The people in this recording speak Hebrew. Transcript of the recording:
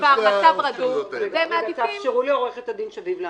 יש כבר בכללים מצב רדום ------ תאפשרו לעורכת הדין שביב לענות.